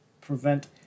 prevent